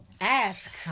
ask